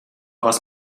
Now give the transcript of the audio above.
etwas